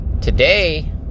today